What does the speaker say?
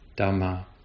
Dhamma